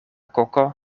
koko